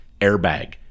airbag